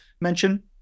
mention